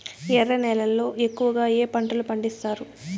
ఎర్ర నేలల్లో ఎక్కువగా ఏ పంటలు పండిస్తారు